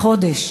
לחודש.